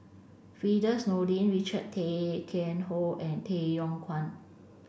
Firdaus Nordin Richard Tay Tian Hoe and Tay Yong Kwang